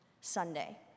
Sunday